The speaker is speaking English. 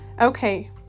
Okay